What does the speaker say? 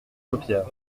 paupières